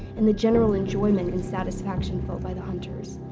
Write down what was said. and the general enjoyment and satisfaction felt by the hunters.